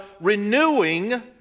renewing